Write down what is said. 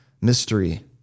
mystery